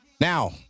Now